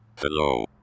hello